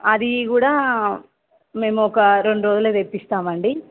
అది కూడా మేము ఒక రెండు రోజులకి తెప్పిస్తాం అండి